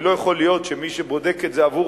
כי לא יכול להיות שמי שבודק את זה עבור